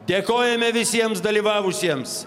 dėkojame visiems dalyvavusiems